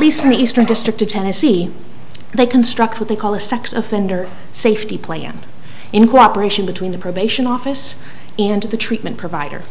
the eastern district of tennessee they construct what they call a sex offender safety plan in cooperation between the probation office and to the treatment provider